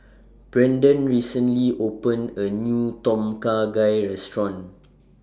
Brandon recently opened A New Tom Kha Gai Restaurant